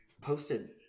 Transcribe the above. posted